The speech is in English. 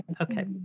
Okay